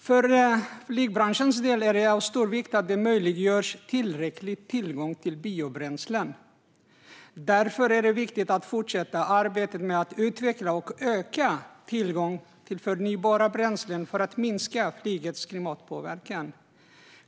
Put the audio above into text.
För flygbranschens del är det av stor vikt att det möjliggörs en tillräcklig tillgång till biobränslen. Därför är det viktigt att fortsätta arbetet med att utveckla och öka tillgången till förnybara bränslen för att minska flygets klimatpåverkan.